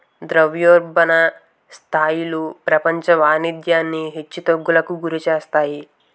ద్రవ్యోల్బణ స్థాయిలు ప్రపంచ వాణిజ్యాన్ని హెచ్చు తగ్గులకు గురిచేస్తాయి